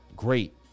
Great